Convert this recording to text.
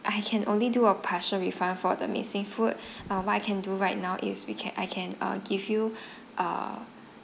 I can only do a partial refund for the missing food uh what I can do right now is we can I can uh give you a